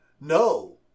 No